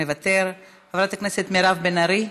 מוותר, חברת הכנסת מירב בן ארי,